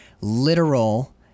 literal